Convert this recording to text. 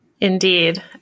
Indeed